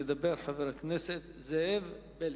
ידבר חבר הכנסת זאב בילסקי.